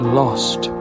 lost